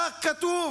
כך היה כתוב